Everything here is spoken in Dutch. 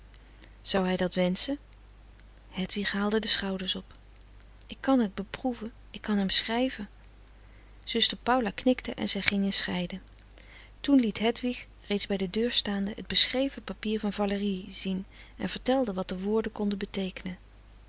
zou hij dat wenschen hedwig haalde de schouders op ik kan het beproeven ik kan hem schrijven zuster paula knikte en zij gingen scheiden toen frederik van eeden van de koele meren des doods liet hedwig reeds bij de deur staande het beschreven papier van valérie zien en vertelde wat de woorden konden beteekenen